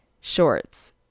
shorts